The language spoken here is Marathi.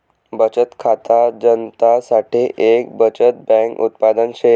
बचत खाता जनता साठे एक बचत बैंक उत्पादन शे